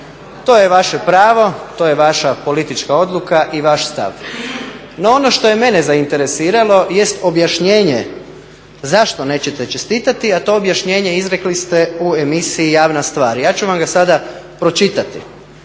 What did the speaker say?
To je vaše pravo, to je vaša politička odluka i vaš stav. No ono što je mene zainteresiralo jest objašnjenje zašto nećete čestitati, a to objašnjenje izrekli ste u Emisiji Javna stvar. Ja ću vam ga sada pročitati.